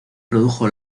produjo